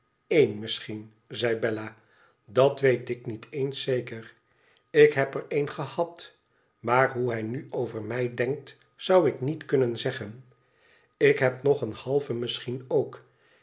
één misschien zei bella tdat weet ik niet eens zeker ik heb er een gehad maar hoe hij nu over mij denkt zou ik niet kannen zeggen ik heb nog een halven misschien ook